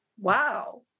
wow